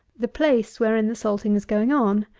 the place wherein the salting is going on.